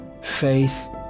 faith